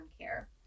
care